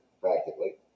practically